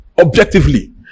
objectively